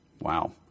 Wow